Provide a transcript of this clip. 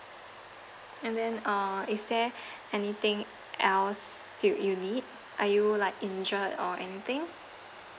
and then uh is there anything else do you need are you like injured or anything